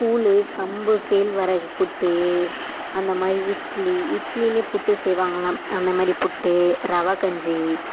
கூழ் கம்பு கேழ்வரகு புட்டு அந்த மாதிரி இட்லி இட்லிலயே புட்டு செய்வாங்களாம் அந்த மாதிரி புட்டு ரவா கஞ்சி